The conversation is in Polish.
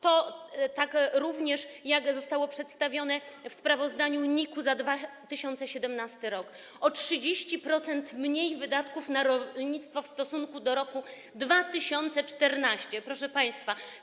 To również zostało przedstawione w sprawozdaniu NIK-u za 2017 r.: o 30% mniej wydatków na rolnictwo w stosunku do roku 2014, proszę państwa.